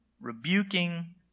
rebuking